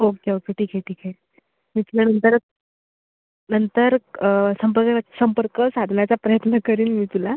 okay okay ठीक आहे ठीक आहे मी तुला नंतरच नंतर क् संपर्क संपर्क साधण्याचा प्रयत्न करेन मी तुला